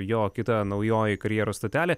jo kita naujoji karjeros stotelė